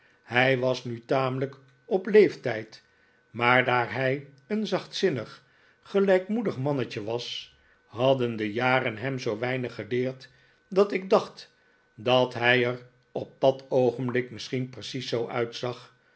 hij was nu tamelijk op leeftijd maar daar hij een zachtzinnig gelijkmoedig mannetje was hadden de jaren hem zoo weinig gedeerd dat ik dacht dat hij er op dat oogenblik misschien precies zoo uitzag